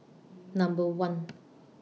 Number one